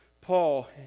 Paul